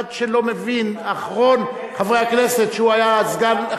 עד שלא מבין אחרון חברי הכנסת שהוא היה הסגן,